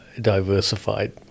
diversified